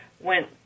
went